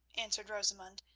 answered rosamund,